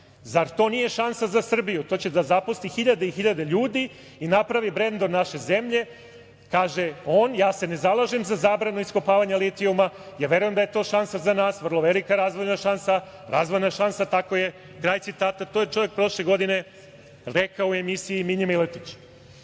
zar to nije šansa za Srbiju, to će da zaposli hiljade i hiljade ljudi i napravi brend od naše zemlje, kaže on, ja se ne zalažem za zabranu iskopavanja litijuma, ja verujem da je to šansa za nas, vrlo velika razvojna šansa. Razvojna šansa, tako je. Kraj citata. To je čovek prošle godine rekao u emisiji Minje Miletić. Više